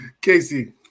Casey